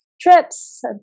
trips